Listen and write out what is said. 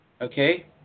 Okay